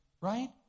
right